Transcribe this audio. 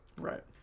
Right